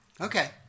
Okay